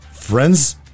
friends